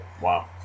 Wow